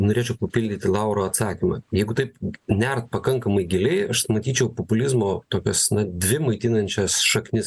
norėčiau papildyti lauro atsakymą jeigu taip nert pakankamai giliai aš matyčiau populizmo tokias na dvi maitinančias šaknis